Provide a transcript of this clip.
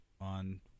on